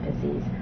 disease